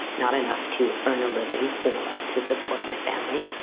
not enough to earn a living or to support my family